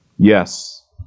yes